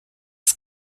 ist